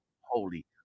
holy